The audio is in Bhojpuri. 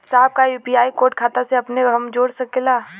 साहब का यू.पी.आई कोड खाता से अपने हम जोड़ सकेला?